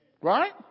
Right